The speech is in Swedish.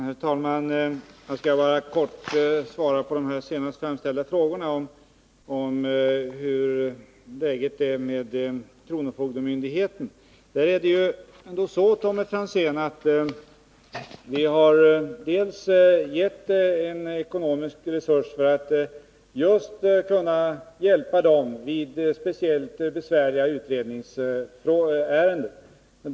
Herr talman! Jag skall bara kort svara på de senast framställda frågorna om hur läget är när det gäller kronofogdemyndigheterna. Vi har, Tommy Franzén, avsatt en ekonomisk resurs för att just kunna hjälpa kronofogdemyndigheterna vid speciellt besvärliga utredningsärenden.